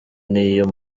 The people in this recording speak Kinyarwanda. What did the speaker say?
n’iyo